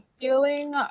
feeling